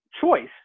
choice